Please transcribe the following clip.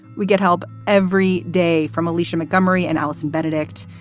we get help every day from alicia montgomery and allison benedikt.